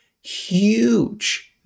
Huge